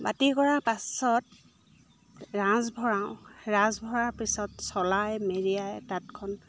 বাতি কৰা পাছত ৰাছ ভৰাওঁ ৰাছ ভৰা পিছত চলাই মেৰিয়াই তাঁতখন